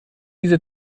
dieser